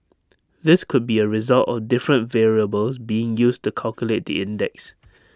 this could be A result of different variables being used to calculate the index